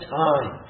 time